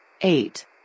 Eight